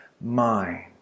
mind